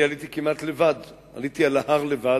אני עליתי כמעט לבד, עליתי על ההר לבד,